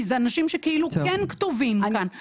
כי אלה אנשים שכאילו כן כתובים כאן.